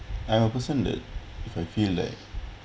I am person that if I feel like